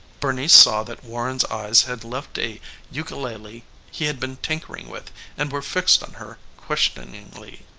bernice saw that warren's eyes had left a ukulele he had been tinkering with and were fixed on her questioningly.